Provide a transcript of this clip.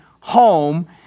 home